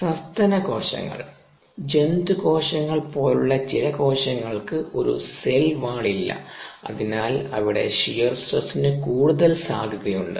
സസ്തന കോശങ്ങൾ ജന്തു കോശങ്ങൾ പോലുള്ള ചില കോശങ്ങൾക്ക് ഒരു സെൽ വാൾ ഇല്ല അതിനാൽ അവിടെ ഷിയർ സ്ട്രെസ്സിനു കൂടുതൽ സാധ്യതയുണ്ട്